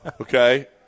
Okay